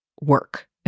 work